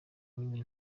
nyine